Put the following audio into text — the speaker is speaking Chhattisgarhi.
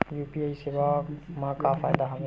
यू.पी.आई सेवा मा का फ़ायदा हवे?